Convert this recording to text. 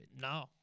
no